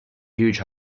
huge